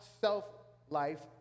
self-life